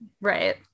Right